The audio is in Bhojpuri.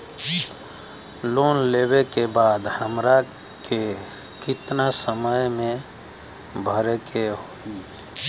लोन लेवे के बाद हमरा के कितना समय मे भरे के होई?